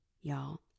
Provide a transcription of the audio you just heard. y'all